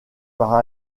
par